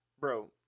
Bro